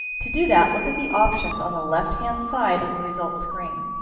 to do that look at the options on the left-hand side of the results screen.